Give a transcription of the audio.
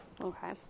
Okay